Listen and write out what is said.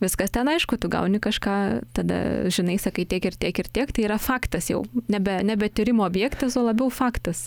viskas ten aišku tu gauni kažką tada žinai sakai tiek ir tiek ir tiek tai yra faktas jau nebe nebe tyrimo objektas o labiau faktas